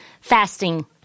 fasting